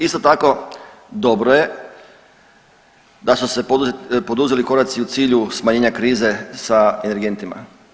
Isto tako dobro je da su se poduzeli koraci u cilju smanjenja krize sa energentima.